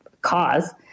cause